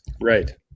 Right